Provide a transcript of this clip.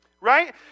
right